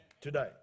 today